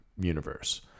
universe